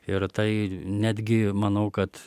ir tai netgi manau kad